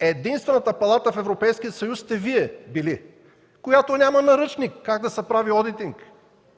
Единствената палата в Европейския съюз сте били Вие, която няма наръчник как да се прави одитинг.